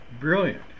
brilliant